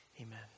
Amen